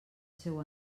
seu